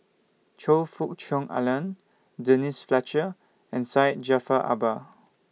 Choe Fook Cheong Alan Denise Fletcher and Syed Jaafar Albar